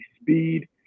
speed